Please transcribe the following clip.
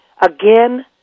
Again